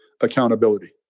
accountability